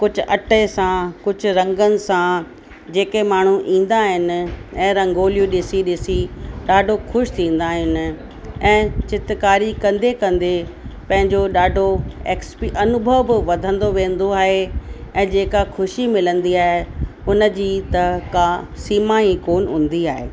कुझु अटे सां कुझु रंगनि सां जेके माण्हू ईंदा आहिनि ऐं रंगोलियूं ॾिसी ॾिसी ॾाढो ख़ुशि थींदा आहिनि ऐं चित्रकारी कंदे कंदे पंहिंजो ॾाढो एक्स्पी अनुभव बि वधंदे वेंदो आहे ऐं जेका ख़ुशी मिलंदी आहे हुनजी त का सीमा ई कोन हूंदी आहे